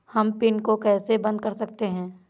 हम पिन को कैसे बंद कर सकते हैं?